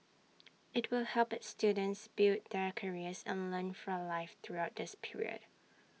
IT will help its students build their careers and learn for life throughout this period